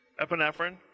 Epinephrine